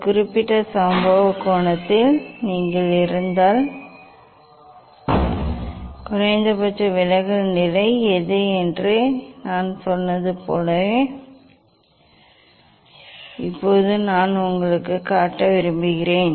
ஒரு குறிப்பிட்ட சம்பவ கோணத்தில் நீங்கள் இருந்தால் குறைந்தபட்ச விலகல் நிலை எது என்று நான் சொன்னது போல் இப்போது நான் உங்களுக்கு காட்ட விரும்புகிறேன்